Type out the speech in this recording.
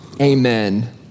Amen